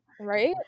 Right